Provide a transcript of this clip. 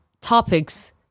topics